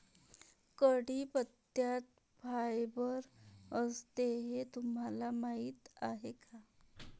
कढीपत्त्यात फायबर असते हे तुम्हाला माहीत आहे का?